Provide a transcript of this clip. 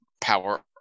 Power